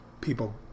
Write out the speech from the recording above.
people